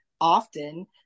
often